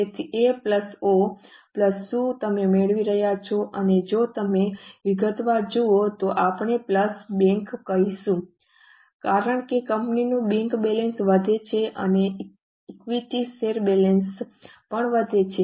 તેથી A plus O plus શું તમે મેળવી રહ્યા છો અને જો તમે વિગતવાર જુઓ તો આપણે પ્લસ બેંક કહીશું કારણ કે કંપનીનું બેંક બેલેન્સ વધે છે અને ઇક્વિટી શેર બેલેન્સ પણ વધે છે